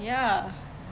ya